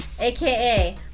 aka